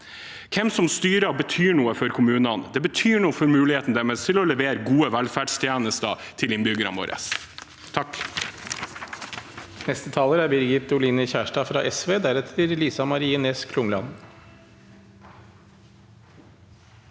Hvem som styrer, betyr noe for kommunene, det betyr noe for muligheten deres til å levere gode velferdstjenester til innbyggerne våre.